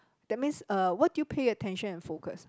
that means uh what do you pay attention and focus